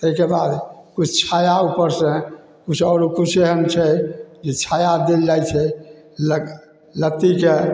ताहिके बाद किछु छाया उपरसे किछु आओर लोक किछु एहन छै जे छाया देल जाइ छै लत लत्तीके